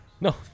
no